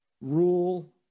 rule